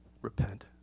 repent